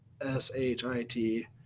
S-H-I-T